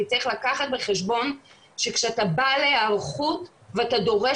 כי צריך לקחת בחשבון שכשאתה בא להיערכות ואתה דורש